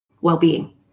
well-being